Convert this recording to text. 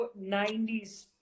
90s